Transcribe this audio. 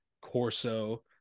Corso